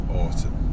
autumn